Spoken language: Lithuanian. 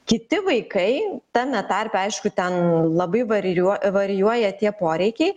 kiti vaikai tame tarpe aišku ten labai varijup varijuoja tie poreikiai